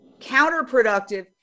counterproductive